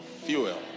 fuel